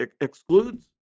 excludes